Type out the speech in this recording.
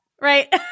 Right